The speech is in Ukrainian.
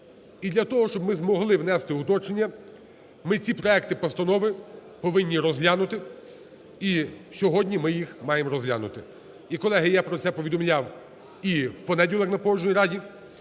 і для того, щоб ми змогли внести уточнення, ми ці проекти постанов повинні розглянути і сьогодні ми їх маємо розглянути. І, колеги, я про це повідомляв і у понеділок на Погоджувальній раді.